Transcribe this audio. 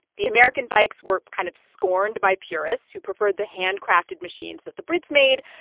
the american bikes were kind of scorned by purists who preferred the handcrafted machines that the brits made.